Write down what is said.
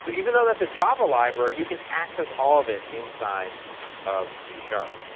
so even though that's a java library, you can access all of it inside of c-sharp.